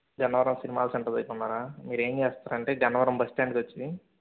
Gannavaram cinema hall centre దగ్గర ఉన్నారా మీరేమి చేస్తారంటే గన్నవరం బస్ స్టాండ్కి వచ్చి